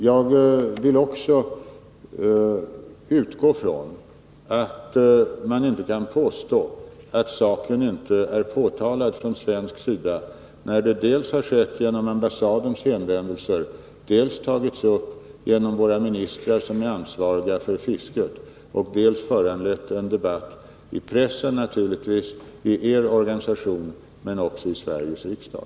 Jag vill också framhålla att man inte kan påstå att saken inte är påtalad från svensk sida, när så har skett dels genom ambassadens hänvändelser, dels genom våra ministrar som är ansvariga för fisket, och när det inträffade har föranlett debatt i pressen naturligtvis och i er organisation, men också i Sveriges riksdag.